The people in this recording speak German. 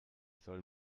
soll